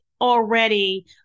already